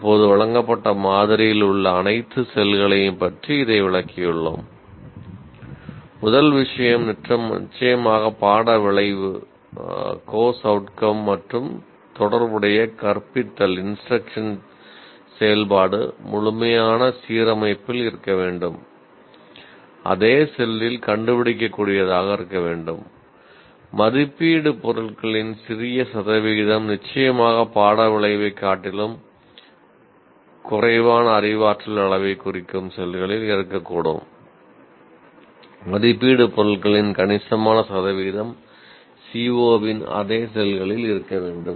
இப்போது வழங்கப்பட்ட மாதிரியில் உள்ள அனைத்து செல்களையும் பற்றி இதை விளக்கியுள்ளோம் முதல் விஷயம் நிச்சயமாக பாட விளைவு பொருட்களின் கணிசமான சதவீதம் CO இன் அதே செல்களில் இருக்க வேண்டும்